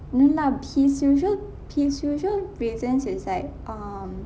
no lah his usual his usual reasons is like um